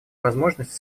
возможность